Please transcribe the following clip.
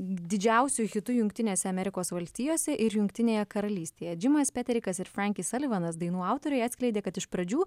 didžiausiu hitu jungtinėse amerikos valstijose ir jungtinėje karalystėje džimas petrikas ir frankis salivanas dainų autoriai atskleidė kad iš pradžių